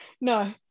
No